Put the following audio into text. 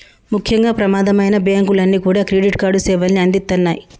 ముఖ్యంగా ప్రమాదమైనా బ్యేంకులన్నీ కూడా క్రెడిట్ కార్డు సేవల్ని అందిత్తన్నాయి